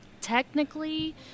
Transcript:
technically